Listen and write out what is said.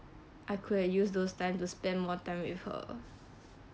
I could've used those time to spend more time with her